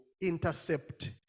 intercept